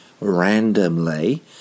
randomly